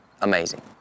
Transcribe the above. amazing